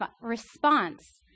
response